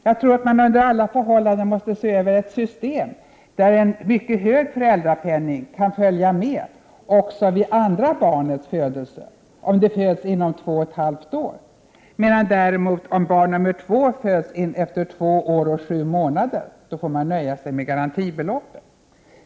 Jag tror att man under alla förhållanden måste se över ett system, där en mycket hög föräldrapenning kan följa med också vid andra barnets födelse om det föds inom två och ett halvt år, medan man däremot får nöja sig med garantibeloppet om barn nummer två föds efter två år och sju månader.